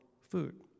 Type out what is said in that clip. food